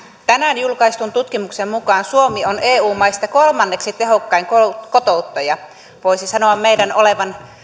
tänään julkaistun tutkimuksen mukaan suomi on eu maista kolmanneksi tehokkain kotouttaja voisi sanoa meidän olevan